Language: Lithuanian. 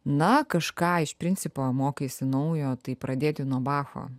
na kažką iš principo mokaisi naujo tai pradėti nuo bacho